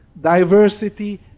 diversity